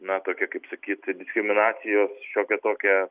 na tokia kaip sakyt diskriminacijos šiokia tokia